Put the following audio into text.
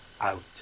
out